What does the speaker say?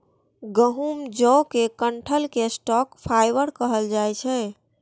गहूम, जौ के डंठल कें स्टॉक फाइबर कहल जाइ छै